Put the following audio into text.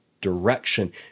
direction